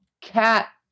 cat